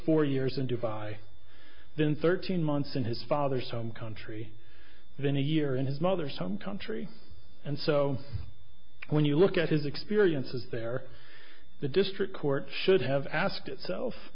four years in dubai then thirteen months in his father's home country then a year in his mother's home country and so when you look at his experiences there the district court should have asked itself